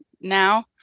now